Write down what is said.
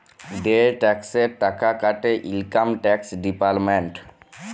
যে টেকসের টাকা কাটে ইলকাম টেকস ডিপার্টমেল্ট